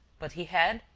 but he had,